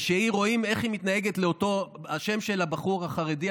וכשרואים איך היא מתנהגת לאותו בחור חרדי,